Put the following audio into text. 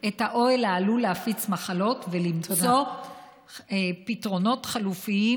האוהל העלול להפיץ מחלות ולמצוא פתרונות חלופיים,